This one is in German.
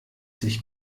sich